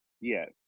Yes